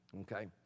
Okay